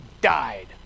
died